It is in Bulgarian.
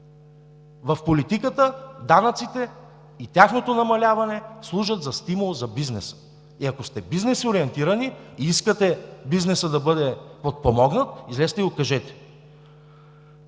В политиката данъците и тяхното намаляване служат за стимул на бизнеса и ако сте бизнес ориентирани и искате бизнесът да бъде подпомогнат, излезте и го кажете.